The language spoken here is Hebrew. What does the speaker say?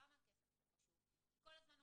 למה הכסף פה חשוב כי כל הזמן אומרים,